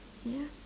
ya